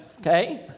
Okay